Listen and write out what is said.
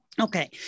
Okay